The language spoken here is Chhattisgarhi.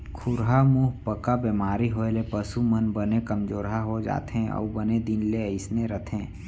खुरहा मुहंपका बेमारी होए ले पसु मन बने कमजोरहा हो जाथें अउ बने दिन ले अइसने रथें